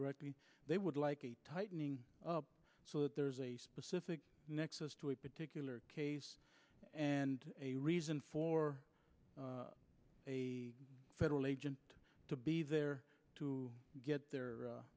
directly they would like a tightening up so that there's a specific nexus to a particular case and a reason for a federal agent to be there to get their